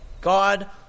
God